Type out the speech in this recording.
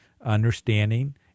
understanding